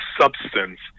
substance